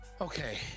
Okay